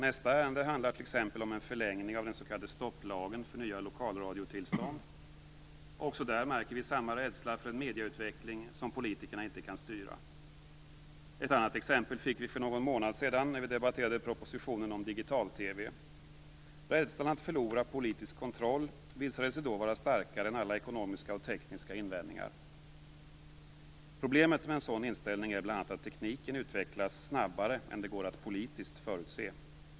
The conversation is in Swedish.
Nästa ärende handlar t.ex. om en förlängning av den s.k. stopplagen för nya lokalradiotillstånd. Också där märker vi samma rädsla för en medieutveckling som politikerna inte kan styra. Ett annat exempel fick vi för någon månad sedan när vi debatterade propositionen om digital-TV. Rädslan att förlora politisk kontroll visade sig då vara starkare än alla ekonomiska och tekniska invändningar. Problemet med en sådan inställning är bl.a. att tekniken utvecklas snabbare än det går att politiskt förutse.